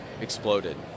exploded